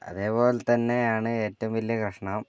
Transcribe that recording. അതേപോലെ തന്നെയാണ് ഏറ്റവും വലിയ കഷ്ടം